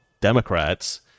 Democrats